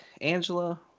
angela